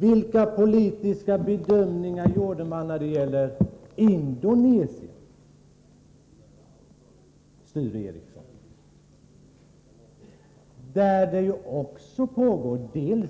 Vilka politiska bedömningar gjorde man när det gällde Indonesien, där det pågår